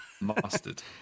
Mastered